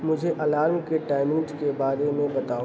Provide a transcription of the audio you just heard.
مجھے الارم کے ٹائمنگز کے بارے میں بتاؤ